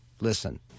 listen